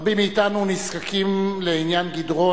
רבים מאתנו נזקקים לעניין גדרון.